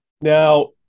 now